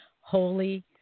Holy